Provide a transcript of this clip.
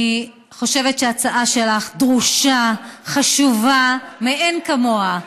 אני חושבת שההצעה שלך דרושה, חשובה מאין כמוה.